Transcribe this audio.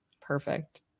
perfect